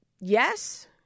Yes